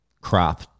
crop